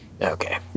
Okay